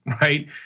right